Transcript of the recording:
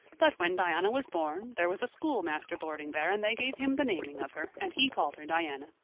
but when diana was born there was a schoolmaster boarding there and they gave him the naming of her and he called her diana.